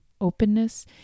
openness